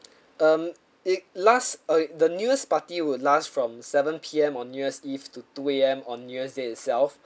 um it last uh the new year's party would last from seven P_M on new year's eve to two A_M on new year's day itself